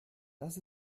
das